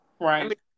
Right